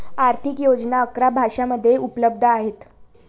आर्थिक योजना अकरा भाषांमध्ये उपलब्ध आहेत